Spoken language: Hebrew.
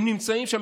הם נמצאים שם,